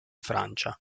francia